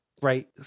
great